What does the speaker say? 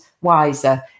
wiser